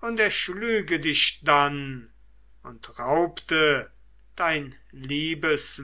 und erschlüge dich dann und raubte dein